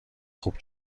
خوب